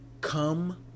come